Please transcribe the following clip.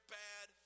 bad